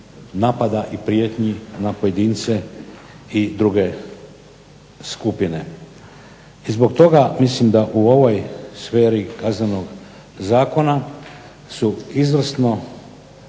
napada i prijetnji na pojedince i druge skupine. I zbog toga mislim da u ovoj sferi Kaznenog zakona su izvrsno